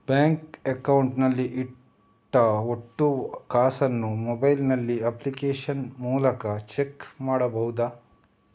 Bank account ನಲ್ಲಿ ಇಟ್ಟ ಒಟ್ಟು ಕಾಸನ್ನು ಮೊಬೈಲ್ ನಲ್ಲಿ ಅಪ್ಲಿಕೇಶನ್ ಮೂಲಕ ಚೆಕ್ ಮಾಡಬಹುದಾ?